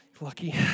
lucky